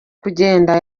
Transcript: kugenda